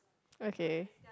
okay